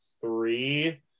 three